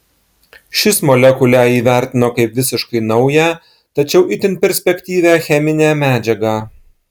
šis molekulę įvertino kaip visiškai naują tačiau itin perspektyvią cheminę medžiagą